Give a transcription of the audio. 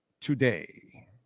today